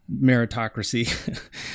meritocracy